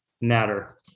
matter